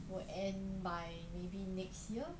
will end by maybe next year